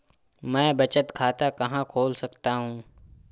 मैं बचत खाता कहाँ खोल सकता हूँ?